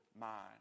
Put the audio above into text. mind